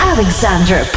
Alexander